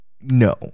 no